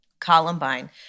Columbine